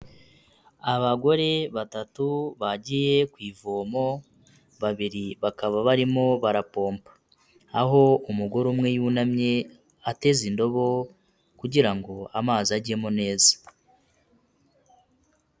Abagore batatu bagiye ku ivomo babiri bakaba barimo barapomba aho umugore umwe yunamye ateze indobo kugira ngo amazi ajyemo neza.